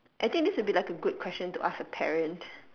I think this would be like a good question to ask a parent